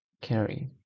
carry